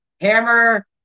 Hammer